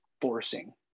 forcing